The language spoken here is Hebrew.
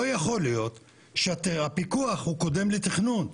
לא יכול להיות שהפיקוח הוא קודם לתכנון.